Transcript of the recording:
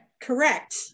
correct